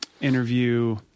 interview